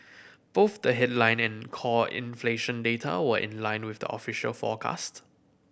both the headline and core inflation data were in line with the official forecast